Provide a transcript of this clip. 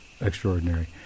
extraordinary